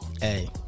Hey